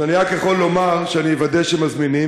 אז אני רק יכול לומר שאני אוודא שמזמינים.